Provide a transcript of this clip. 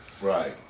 Right